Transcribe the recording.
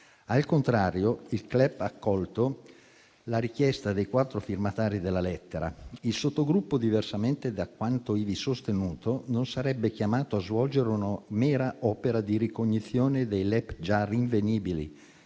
Al contrario, il CLEP ha accolto la richiesta dei quattro firmatari della lettera. Il sottogruppo, diversamente da quanto ivi sostenuto, non sarebbe chiamato a svolgere una mera opera di ricognizione dei LEP già rinvenibili